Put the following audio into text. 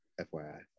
FYI